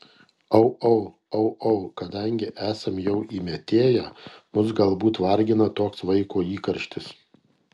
au au au au kadangi esam jau įmetėję mus galbūt vargina toks vaiko įkarštis